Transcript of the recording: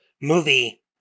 movie